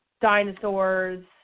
dinosaurs